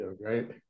right